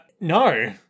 no